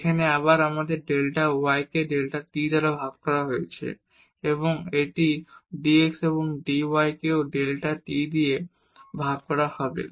এখানে আবার আমাদের ডেল্টা y কে ডেল্টা t দ্বারা ভাগ করা হয়েছে এবং এটি dx এবং dy কেও ডেল্টা t দিয়ে ভাগ করা হবে